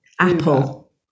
apple